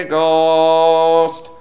Ghost